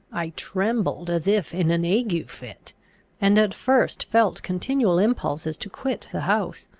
i trembled as if in an ague-fit and, at first, felt continual impulses to quit the house,